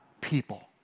people